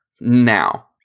now